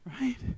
right